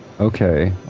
Okay